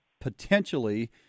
potentially